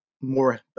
more